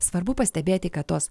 svarbu pastebėti kad tos